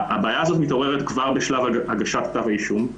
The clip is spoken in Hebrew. הבעיה הזאת מתעוררת כבר בשלב הגשת כתב האישום,